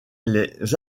les